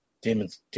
Demon's